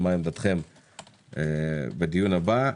גם את זה אני מבקש שתבחנו ותגידו מה עמדתכם בדיון הבא.